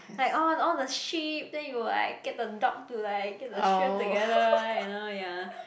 like all all the sheep then you like get the dog to like get the sheep together you know ya